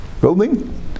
building